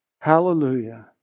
hallelujah